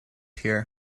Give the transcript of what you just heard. here